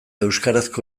euskarazko